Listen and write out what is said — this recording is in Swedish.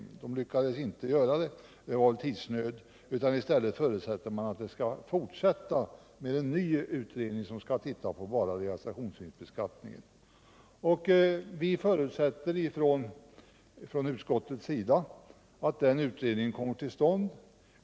Utredningen lyckades inte göra det — det berodde väl på tidsnöd — utan i stället förutsätter man att det skall bli en ny utredning som ser på bara realisationsvinstbeskattningen. Vi förutsätter från utskottets sida att den utredningen kommer till stånd.